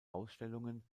ausstellungen